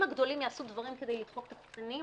אם הגדולים יעשו דברים כדי לדפוק את הקטנים,